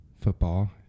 football